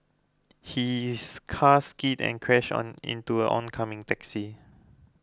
his car skidded and crashed on into an oncoming taxi